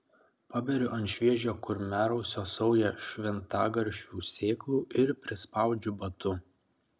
paberiu ant šviežio kurmiarausio saują šventagaršvių sėklų ir prispaudžiu batu